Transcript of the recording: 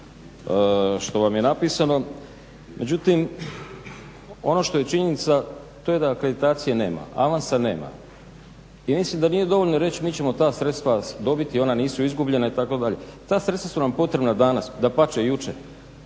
što vam je napisano, međutim, ono što je činjenica to da kreditacije nema, avansa nema. Ja mislim da nije dovoljno reći, mi ćemo ta sredstva dobiti, ona nisu izgubljena itd. Ta sredstva su nam potrebna danas, dapače jučer